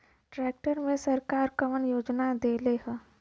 Tractor मे सरकार कवन योजना देले हैं?